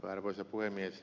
arvoisa puhemies